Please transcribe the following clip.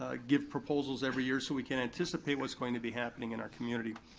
ah give proposals every year so we can anticipate what's going to be happening in our community.